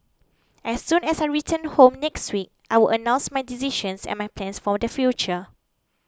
as soon as I return home next week I will announce my decision and my plans for the future